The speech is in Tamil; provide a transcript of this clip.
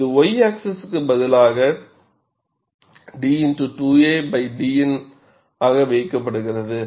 இது y ஆக்ஸிஸ்க்கு பதிலாக d dN ஆக வைக்கப்படுகிறது